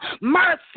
mercy